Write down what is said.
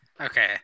Okay